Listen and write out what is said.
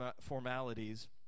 formalities